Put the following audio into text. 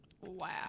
Wow